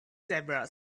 zebras